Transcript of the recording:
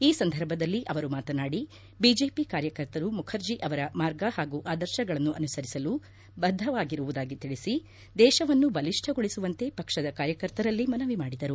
ಈ ಸಂದರ್ಭದಲ್ಲಿ ಅವರು ಮಾತನಾಡಿ ಬಿಜೆಪಿ ಕಾರ್ಯಕರ್ತರು ಮುಖರ್ಜ ಅವರ ಮಾರ್ಗ ಹಾಗೂ ಆದರ್ಶಗಳನ್ನು ಅನುಸರಿಸಲು ಬದ್ದವಾಗಿರುವುದಾಗಿ ತಿಳಿಸಿ ದೇಶವನ್ನು ಬಲಿಷ್ಣಗೊಳಿಸುವಂತೆ ಪಕ್ಷದ ಕಾರ್ಯಕರ್ತರಲ್ಲಿ ಮನವಿ ಮಾಡಿದರು